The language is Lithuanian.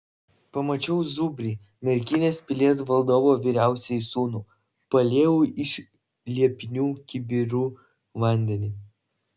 pamačiau zubrį merkinės pilies valdovo vyriausiąjį sūnų paliejau iš liepinių kibirų vandenį